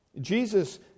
Jesus